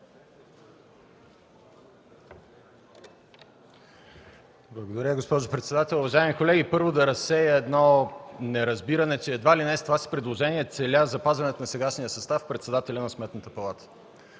Благодаря, госпожо председател. Уважаеми колеги, първо да разсея едно неразбиране, че едва ли не с това си предложение целя запазването на сегашния състав – председателя на Сметната палата.